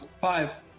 Five